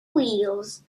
wheels